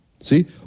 See